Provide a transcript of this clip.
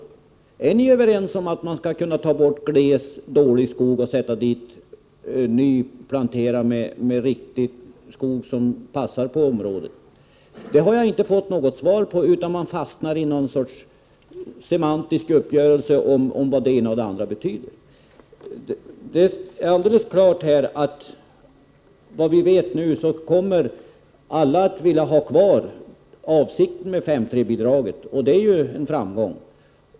Är ni överens om att man skall kunna ta bort gles, dålig skog och sätta dit nyplanterad riktig skog som passar på området? Det har jag inte fått något besked om, utan ni fastnar i någon sorts semantisk uppgörelse om vad det ena eller andra betyder. Det är alldeles klart, såvitt vi vet nu, att alla kommer att vilja ha kvar avsikten med 5:3-bidraget, och det är ju en framgång.